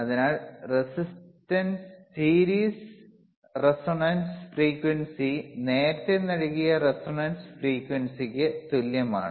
അതിനാൽ resistance series resonance frequency നേരത്തെ നൽകിയ റെസൊണന്റ് ഫ്രീക്വൻസിക്ക് തുല്യമാണ്